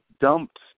dumped